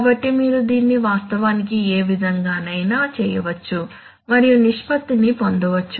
కాబట్టి మీరు దీన్ని వాస్తవానికి ఏ విధంగానైనా చేయవచ్చు మరియు నిష్పత్తిని పొందవచ్చు